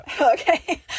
Okay